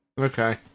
Okay